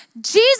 Jesus